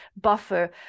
buffer